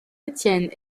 étienne